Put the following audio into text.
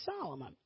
Solomon